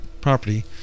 property